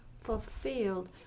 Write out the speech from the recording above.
fulfilled